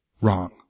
wrong